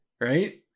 right